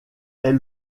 est